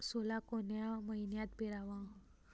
सोला कोन्या मइन्यात पेराव?